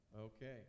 Okay